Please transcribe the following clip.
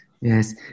Yes